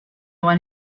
one